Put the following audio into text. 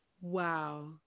Wow